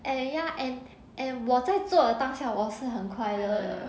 and ya and and 我在做的当下我是很快乐的 they are like